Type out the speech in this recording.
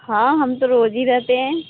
हाँ हम तो रोज ही रहते हैं